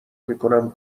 میکنم